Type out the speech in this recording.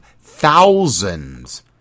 thousands